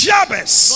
Jabez